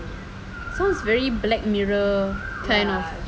sounds very black mirror kind of